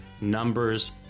numbers